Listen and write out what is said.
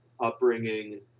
upbringing